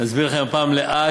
אני אסביר לכם הפעם לאט,